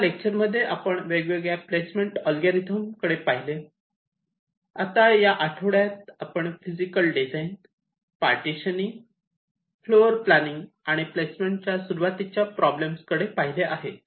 या लेक्चर मध्ये आपण वेगवेगळ्या प्लेसमेंट अल्गोरिदमकडे पाहिले आता या आठवड्यात आपण physical design partitioning floor planning आणि प्लेसमेंट च्या सुरुवातीच्या प्रॉब्लेम कडे पाहिले आहे